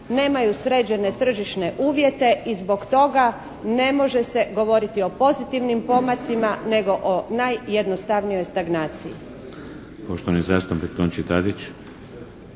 nemaju sređene tržišne uvjete i zbog toga ne može se govoriti o pozitivnim pomacima nego o najjednostavnijoj stagnaciji.